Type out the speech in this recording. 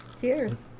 Cheers